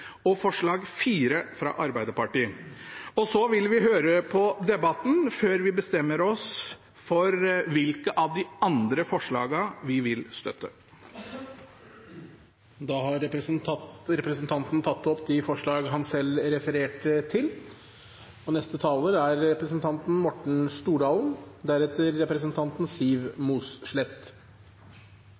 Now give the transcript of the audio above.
og forslag nr. 4 fra Arbeiderpartiet. Så vil vi høre på debatten før vi bestemmer oss for hvilke av de andre forslagene vi vil støtte. Representanten Sverre Myrli har tatt opp de forslagene han refererte til. La meg først få takke saksordføreren og